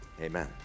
Amen